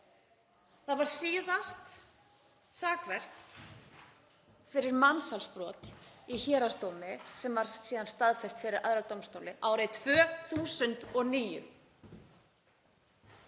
Það var síðast sakfellt fyrir mansalsbrot í héraðsdómi, sem var síðan staðfest fyrir Evrópudómstólnum, árið 2009.